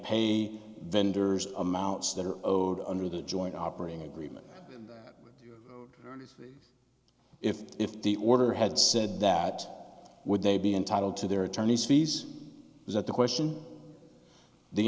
pay vendors amounts that are owed under the joint operating agreement if if the order had said that would they be entitled to their attorney's fees is that the question the